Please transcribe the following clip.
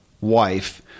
wife